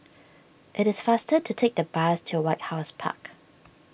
it is faster to take the bus to White House Park